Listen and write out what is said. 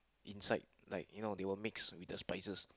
inside like you know they will mix with the spices